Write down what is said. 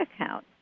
account